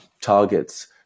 targets